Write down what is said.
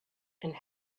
and